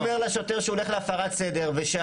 אם אתה אומר לשוטר שהוא הולך להפרת סדר ושאיתמר